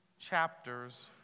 chapters